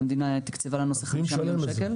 שהמדינה תקצבה לנו --- מי משלם את זה?